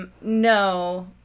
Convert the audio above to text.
no